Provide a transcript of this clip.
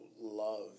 love